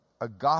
Agape